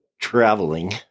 traveling